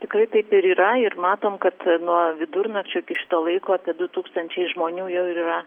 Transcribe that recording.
tikrai taip ir yra ir matom kad nuo vidurnakčio iki šito laiko apie du tūkstančiai žmonių jau ir yra